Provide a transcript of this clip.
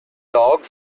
dog